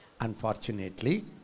Unfortunately